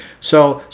so,